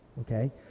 okay